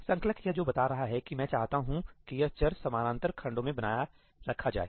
संकलक यह जो बता रहा है कि मैं चाहता हूं कि यह चर समानांतर खंडों में बनाए रखा जाए